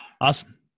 Awesome